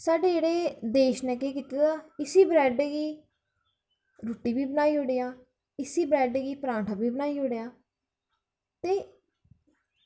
साढ़े जेह्ड़े देश नै केह् कीते दा इस्सी ब्रेड गी रुट्टी बी बनाई ओड़ेआ इस्सी ब्रेड़ गी परांठा बी बनाई ओड़ेआ